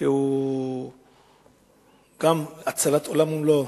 שזו הצלת עולם ומלואו.